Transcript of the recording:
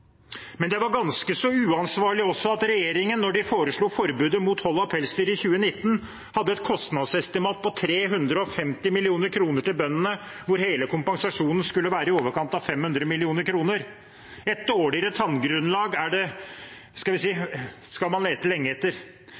Men det var også ganske uansvarlig at regjeringen, da den foreslo forbudet mot hold av pelsdyr i 2019, hadde et kostnadsestimat på 350 mill. kr til bøndene, og hvor hele kompensasjonen skulle være i overkant av 500 mill. kr. Et dårligere tallgrunnlag skal man lete lenge etter. Det